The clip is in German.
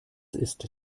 ist